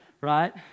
right